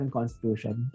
Constitution